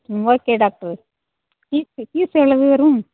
ம் okay doctor fees fees எவ்வளவு வரும்